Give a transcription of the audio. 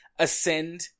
Ascend